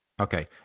okay